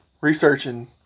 researching